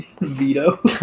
veto